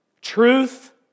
Truth